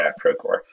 Procore